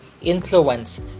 influence